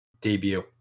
debut